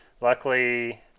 luckily